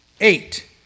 Eight